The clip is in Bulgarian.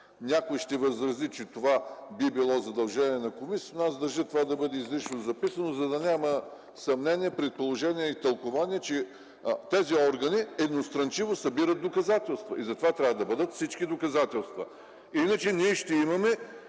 Някой ще възрази, че това би било задължение на комисията, но аз държа то да бъде изрично записано, за да няма съмнения, предположения и тълкувания, че тези органи събират едностранчиво доказателства. Затова трябва да бъдат всички доказателства. Иначе ще